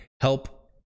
help